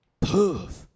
Poof